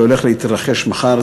שהולך להתרחש מחר,